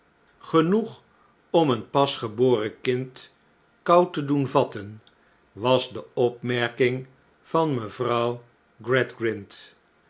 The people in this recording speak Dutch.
genoeg om een pasgeboren kind kou te doen vatten was de opmerking van mevrouw